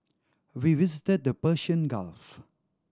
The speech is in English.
we visited the Persian Gulf